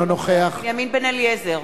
אינו נוכח בנימין בן-אליעזר,